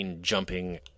jumping